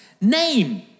Name